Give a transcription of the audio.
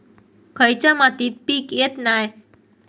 खयच्या मातीत पीक येत नाय?